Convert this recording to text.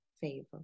favor